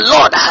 Lord